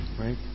right